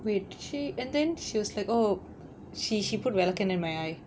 wait she and then she was like oh she she put vilakkennai in my eye